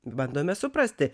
bandome suprasti